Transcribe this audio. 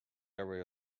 area